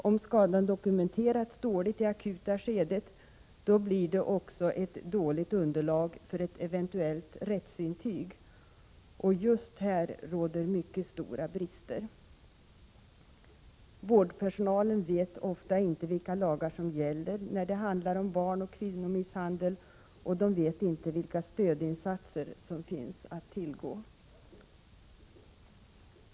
Om skadan dokumenteras dåligt i det akuta skedet skapas också ett dåligt underlag för ett eventuellt rättsintyg. Och just här råder mycket stora brister. Vårdpersonalen vet ofta inte vilka lagar som gäller när det handlar om barnoch kvinnomisshandel och de vet inte vilka stödinsatser som finns att tillgå.